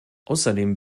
außerdem